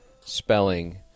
spelling